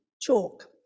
chalk